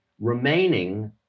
remaining